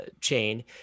chain